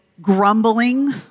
grumbling